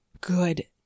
good